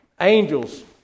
Angels